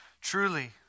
Truly